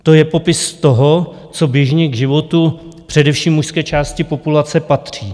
To je popis toho, co běžně k životu především mužské části populace patří.